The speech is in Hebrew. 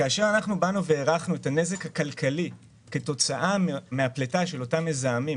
כאשר הערכנו את הנזק הכלכלי כתוצאה מן הפליטה של אותם מזהמים,